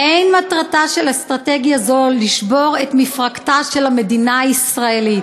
"אין מטרתה של אסטרטגיה זו לשבור את מפרקתה של המדינה הישראלית"